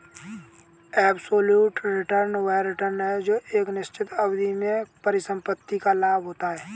absolute return वह return है जो एक निश्चित अवधि में परिसंपत्ति का लाभ होता है